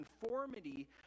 conformity